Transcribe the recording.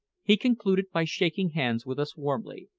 he concluded by shaking hands with us warmly,